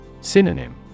Synonym